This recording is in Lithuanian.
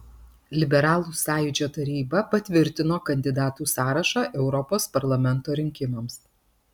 liberalų sąjūdžio taryba patvirtino kandidatų sąrašą europos parlamento rinkimams